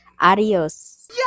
Adios